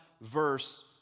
verse